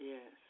Yes